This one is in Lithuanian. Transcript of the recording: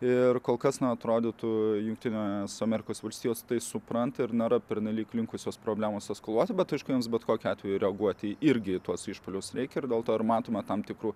ir kol kas na atrodytų jungtinės amerikos valstijos tai supranta ir nėra pernelyg linkusios problemas eskaluoti bet aišku jos bet kokiu atveju reaguoti irgi tuos išpuolius reikia ir dėl to ir matome tam tikrų